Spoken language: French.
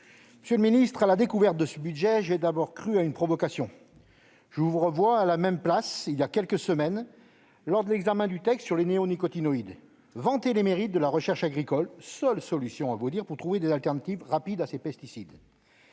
Monsieur le ministre, à la découverte de ce budget, j'ai d'abord cru à une provocation. Je vous revois à la même place, voilà quelques semaines, lors de l'examen du texte sur les néonicotinoïdes, vanter les mérites de la recherche agricole, seule solution à vos yeux pour trouver des alternatives rapides à ces pesticides.